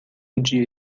dia